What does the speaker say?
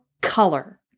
color